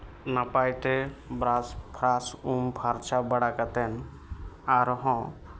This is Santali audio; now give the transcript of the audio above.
ᱱᱟᱯᱟᱭᱛᱮ ᱵᱨᱟᱥ ᱯᱷᱨᱟᱥ ᱩᱢ ᱯᱷᱟᱨᱪᱟ ᱵᱟᱲᱟ ᱠᱟᱛᱮ ᱟᱨ ᱦᱚᱸ